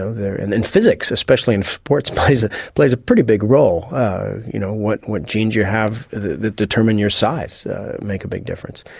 so and in physics, especially in sports plays ah plays a pretty big role you know what what genes you have that determine your size make a big difference.